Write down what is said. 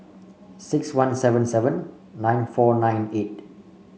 six one seven seven nine four nine eight